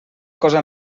cosa